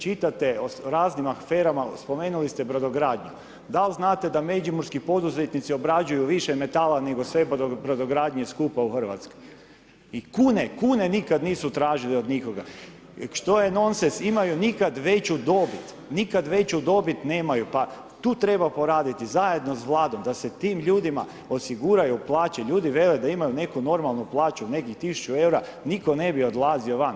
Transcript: Čitate o raznim aferama, spomenuli ste brodogradnju da li znate da međimurski poduzetnici obrađuju više metala nego sve brodogradnje skupa u Hrvatskoj i kune, kune nisu nikada tražili od nikoga, što je nonsens imaju nikad veću dobit, nikad veću dobit nemaju, pa tu treba poraditi zajedno s Vladom da se tim ljudima osiguraju plaće, ljudi vele da imaju neku normalnu plaću negdje 1.000 EUR-a nitko ne bi odlazio van.